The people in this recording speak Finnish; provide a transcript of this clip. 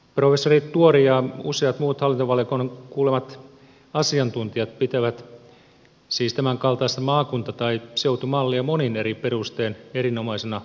professori tuori ja useat muut hallintovaliokunnan kuulemat asiantuntijat pitävät siis tämänkaltaista maakunta tai seutumallia monin eri perustein erinomaisena ratkaisuna